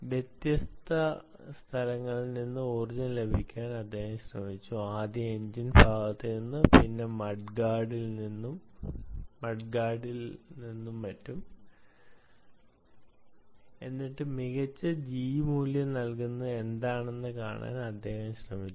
വ്യത്യസ്ത സ്ഥലങ്ങളിൽ നിന്ന് ഊർജ്ജം ലഭിക്കാൻ അദ്ദേഹം ശ്രമിച്ചു ആദ്യം എഞ്ചിൻ ഭാഗത്തു നിന്നും പിന്നീട് മഡ് ഗാർഡിൽ വെച്ചും എന്നിട്ട് മികച്ച G മൂല്യം നൽകുന്നത് എന്താണെന്ന് കാണാൻ അദ്ദേഹം ശ്രമിച്ചു